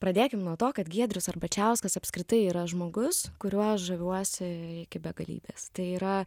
pradėkim nuo to kad giedrius arbačiauskas apskritai yra žmogus kuriuo žaviuosi iki begalybės tai yra